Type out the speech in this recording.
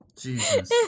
Jesus